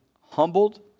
humbled